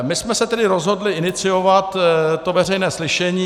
My jsme se tedy rozhodli iniciovat veřejné slyšení.